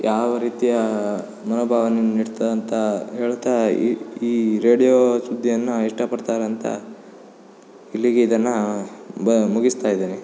ಯಾವ ರೀತಿಯ ಮನೋಭಾವ ಇರ್ತಾ ಅಂತಾ ಹೇಳ್ತಾ ಈ ಈ ರೇಡಿಯೋ ಸುದ್ದಿಯನ್ನ ಇಷ್ಟ ಪಡ್ತಾರೆ ಅಂತ ಇಲ್ಲಿಗೆ ಇದನ್ನ ಬ ಮುಗಿಸ್ತಾ ಇದ್ದೇನೆ